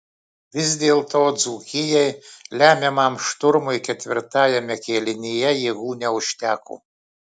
vis dėlto dzūkijai lemiamam šturmui ketvirtajame kėlinyje jėgų neužteko